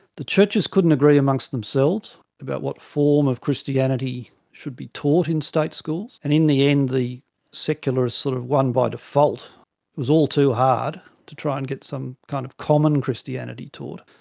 the churches couldn't agree amongst themselves about what form of christianity should be taught in state schools, and in the end the secularists sort of won by default. it was all too hard to try and get some kind of common christianity taught,